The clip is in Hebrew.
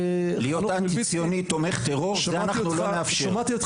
להיות אנטי ציוני תומך טרור זה אנחנו לא נאפשר.